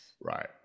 Right